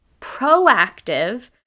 proactive